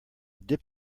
dip